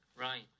Right